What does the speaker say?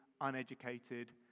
uneducated